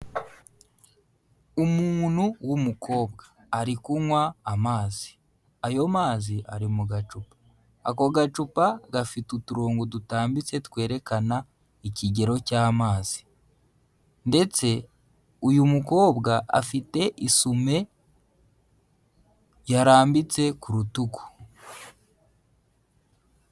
Umuntu w'umukobwa. Ari kunywa amazi. Ayo mazi ari mu gacupa. Ako gacupa gafite uturongo dutambitse twerekana ikigero cy'amazi. Ndetse uyu mukobwa afite isume yarambitse ku rutugu.